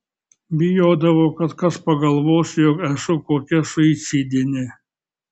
bijodavau kad kas pagalvos jog esu kokia suicidinė